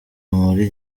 muri